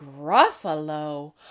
Gruffalo